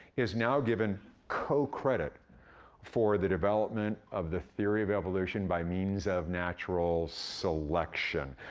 is now given co-credit for the development of the theory of evolution by means of natural selection.